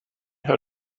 how